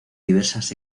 diversas